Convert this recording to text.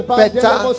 better